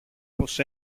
πως